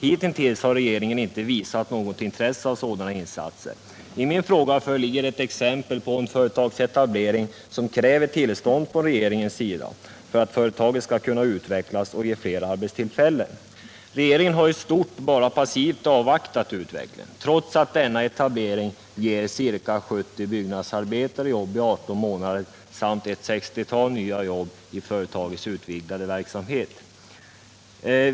Hitintills har regeringen inte visat något intresse för sådana insatser. Min fråga ger exempel på en företagsetablering som kräver tillstånd från regeringens sida för att företaget skall kunna utvecklas och skapa fler arbetstillfällen. Regeringen har i stort bara passivt avvaktat utvecklingen, trots att denna etablering ger ca 70 byggnadsarbetare jobb i 18 månader och ett sextiotal nya jobb i företagets utvidgade verksamhet.